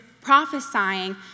prophesying